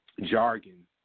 jargon